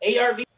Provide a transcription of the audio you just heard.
ARV